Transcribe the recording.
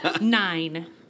Nine